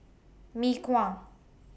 Mee Kuah